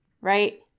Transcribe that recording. right